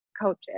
coaches